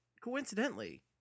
coincidentally